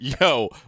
Yo